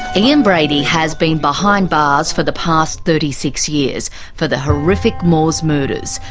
ian brady has been behind bars for the past thirty six years for the horrific moors murders,